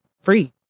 free